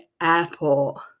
airport